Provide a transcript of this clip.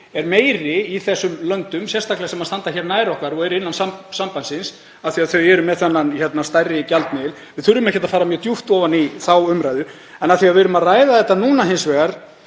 er meiri í þessum löndum, sérstaklega þeim löndum sem standa nær okkur og eru innan sambandsins af því að þau eru með þennan stærri gjaldmiðil. Við þurfum ekkert að fara mjög djúpt ofan í þá umræðu. En af því að við erum að ræða þetta núna í samhengi